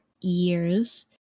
years